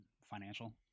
financial